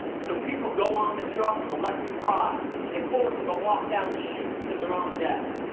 so people go on the trucks with electric prods and force them to walk down the chutes to their own deaths.